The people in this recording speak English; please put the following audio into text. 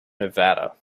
nevada